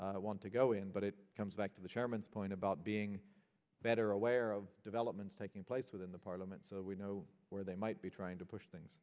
want to go in but it comes back to the chairman's point about being better aware of developments taking place within the parliament so we know where they might be trying to push things